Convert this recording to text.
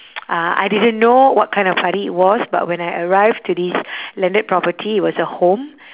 uh I didn't know what kind of party it was but when I arrived to this landed property it was a home